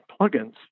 plugins